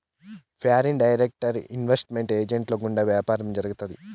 foreign direct investment ఏజెంట్ల గుండా వ్యాపారం జరుగుతాది